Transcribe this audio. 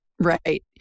right